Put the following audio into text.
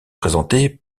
présentée